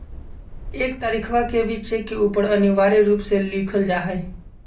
एक तारीखवा के भी चेक के ऊपर अनिवार्य रूप से लिखल जाहई